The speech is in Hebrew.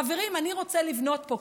חברים, אני רוצה לבנות פה.